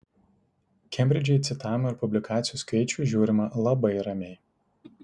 kembridže į citavimą ir publikacijų skaičių žiūrima labai ramiai